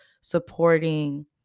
supporting